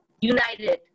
united